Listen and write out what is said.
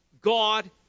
God